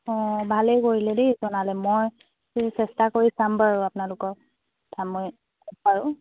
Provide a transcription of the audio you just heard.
অঁ ভালেই কৰিলে দেই জনালে মই চেষ্টা কৰি চাম বাৰু আপোনালোকক তা মই বাৰু